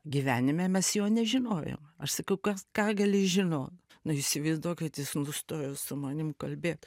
gyvenime mes jo nežinojom aš sakau kas ką gali žinot na įsivaizduokit jis nustojo su manim kalbėt